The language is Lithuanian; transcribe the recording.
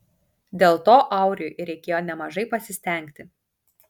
dėl to auriui reikėjo nemažai pasistengti